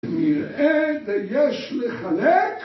נראה ויש מחלק